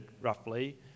roughly